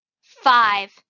Five